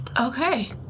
Okay